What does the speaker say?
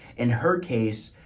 in her case,